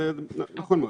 זה נכון מאוד.